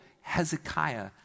Hezekiah